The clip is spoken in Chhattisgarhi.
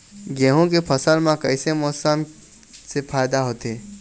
गेहूं के फसल म कइसे मौसम से फायदा होथे?